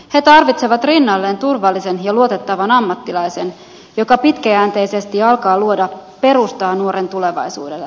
he tarvitsevat rinnalleen turvallisen ja luotettavan ammattilaisen joka pitkäjänteisesti alkaa luoda perustaa nuoren tulevaisuudelle